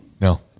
No